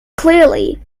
clearly